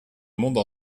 monde